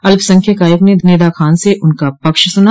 अल्पसंख्यक आयोग ने निदा खान से उनका पक्ष सुना